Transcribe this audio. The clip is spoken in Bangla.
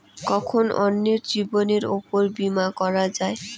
কখন অন্যের জীবনের উপর বীমা করা যায়?